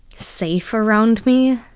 safe around me.